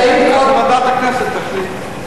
אז האם, אז ועדת הכנסת תחליט.